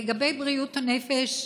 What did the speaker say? לגבי בריאות הנפש,